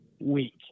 week